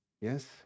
Yes